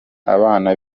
abana